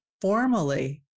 formally